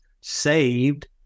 saved